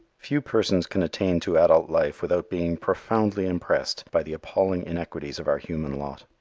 few persons can attain to adult life without being profoundly impressed by the appalling inequalities of our human lot.